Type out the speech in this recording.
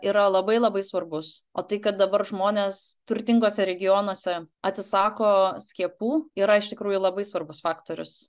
yra labai labai svarbus o tai ką dabar žmonės turtinguose regionuose atsisako skiepų yra iš tikrųjų labai svarbus faktorius